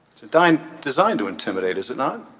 to dine designed to intimidate is it not